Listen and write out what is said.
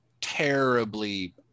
terribly